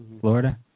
Florida